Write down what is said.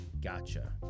Gotcha